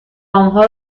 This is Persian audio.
انها